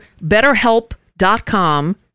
betterhelp.com